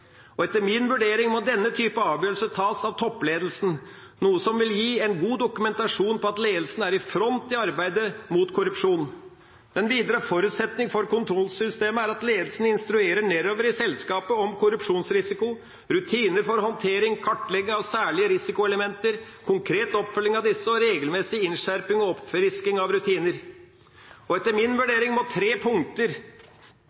kontrollregime. Etter min vurdering må denne type avgjørelse tas av toppledelsen, noe som vil gi en god dokumentasjon på at ledelsen er i front i arbeidet mot korrupsjon. Den videre forutsetning for kontrollsystemet er at ledelsen instruerer nedover i selskapet om korrupsjonsrisiko, rutiner for håndtering, kartlegging av særlige risikoelementer, konkret oppfølging av disse og regelmessig innskjerping og oppfrisking av rutiner. Etter min